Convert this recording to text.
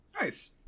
Nice